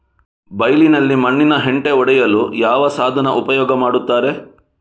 ಬೈಲಿನಲ್ಲಿ ಮಣ್ಣಿನ ಹೆಂಟೆ ಒಡೆಯಲು ಯಾವ ಸಾಧನ ಉಪಯೋಗ ಮಾಡುತ್ತಾರೆ?